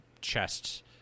chest